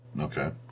Okay